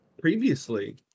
Previously